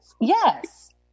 Yes